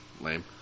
lame